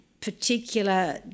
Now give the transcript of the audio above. particular